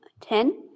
Ten